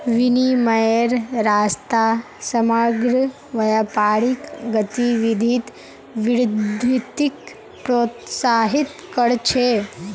विनिमयेर रास्ता समग्र व्यापारिक गतिविधित वृद्धिक प्रोत्साहित कर छे